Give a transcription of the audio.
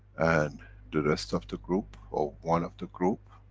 and the rest of the group, or one of the group,